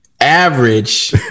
average